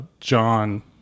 John